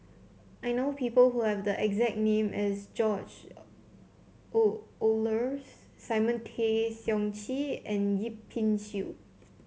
I know people who have the exact name as George Oehlers Simon Tay Seong Chee and Yip Pin Xiu